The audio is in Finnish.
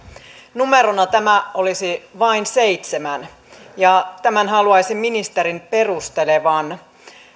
numerona tämä olisi vain seitsemän ja tämän haluaisin ministerin perustelevan